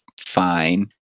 fine